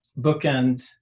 bookend